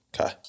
Okay